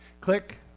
Click